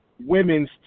women's